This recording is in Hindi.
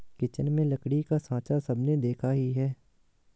किचन में लकड़ी का साँचा सबने देखा ही है